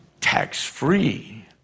tax-free